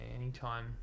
anytime